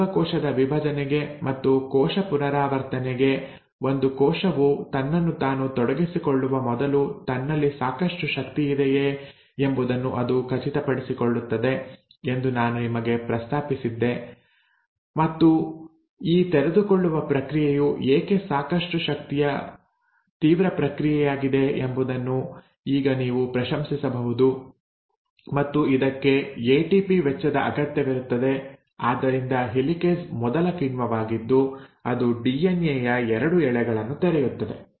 ಜೀವಕೋಶದ ವಿಭಜನೆಗೆ ಮತ್ತು ಕೋಶ ಪುನರಾವರ್ತನೆಗೆ ಒಂದು ಕೋಶವು ತನ್ನನ್ನು ತಾನು ತೊಡಗಿಸಿಕೊಳ್ಳುವ ಮೊದಲು ತನ್ನಲ್ಲಿ ಸಾಕಷ್ಟು ಶಕ್ತಿಯಿದೆಯೇ ಎಂಬುದನ್ನು ಅದು ಖಚಿತಪಡಿಸಿಕೊಳ್ಳುತ್ತದೆ ಎಂದು ನಾನು ನಿಮಗೆ ಪ್ರಸ್ತಾಪಿಸಿದ್ದೆ ಮತ್ತು ಈ ತೆರೆದುಕೊಳ್ಳುವ ಪ್ರಕ್ರಿಯೆಯು ಏಕೆ ಸಾಕಷ್ಟು ಶಕ್ತಿಯ ತೀವ್ರ ಪ್ರಕ್ರಿಯೆಯಾಗಿದೆ ಎಂಬುದನ್ನು ಈಗ ನೀವು ಪ್ರಶಂಸಿಸಬಹುದು ಮತ್ತು ಇದಕ್ಕೆ ಎಟಿಪಿ ವೆಚ್ಚದ ಅಗತ್ಯವಿರುತ್ತದೆ ಆದ್ದರಿಂದ ಹೆಲಿಕೇಸ್ ಮೊದಲ ಕಿಣ್ವವಾಗಿದ್ದು ಅದು ಡಿಎನ್ಎ ಯ 2 ಎಳೆಗಳನ್ನು ತೆರೆಯುತ್ತದೆ